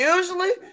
Usually